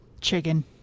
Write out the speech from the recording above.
chicken